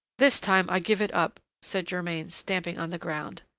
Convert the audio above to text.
this time i give it up! said germain, stamping on the ground.